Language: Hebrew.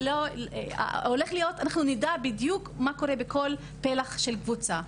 אנחנו נדע בדיוק מה קורה בכל פלח של קבוצה.